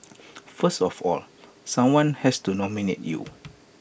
first of all someone has to nominate you